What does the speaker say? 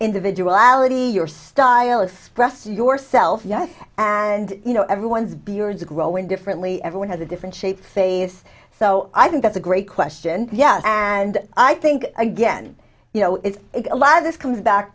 individual ality your style of dress yourself you and you know everyone's beards growing differently everyone has a different shaped face so i think that's a great question yes and i think again you know it's a lot of this comes back